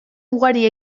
ugari